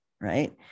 right